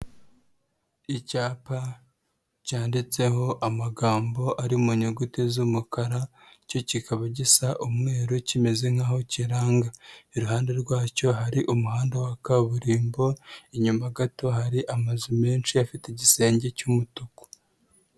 Icyapa cyanditseho amagambo ari mu nyuguti z'umukara cyo kikaba gisa umweru kimeze nk'aho kiranga, iruhande rwacyo hari umuhanda wa kaburimbo, inyuma gato hari amazu menshi afite igisenge cy'umutuku.